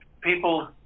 people